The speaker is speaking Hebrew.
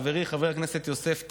חברי חבר הכנסת יוסף טייב,